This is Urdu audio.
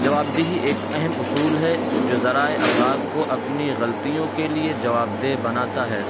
جواب دہی ایک اہم اصول ہے جو ذرائع ابلاغ کو اپنی غلطیوں کے لیے جواب دہ بناتا ہے